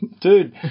dude